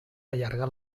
allarga